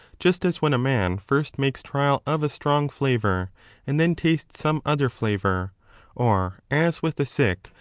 just as when a man first makes trial of a strong flavour and then tastes some other flavour or as with the sick,